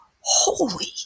holy